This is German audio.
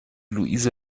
luise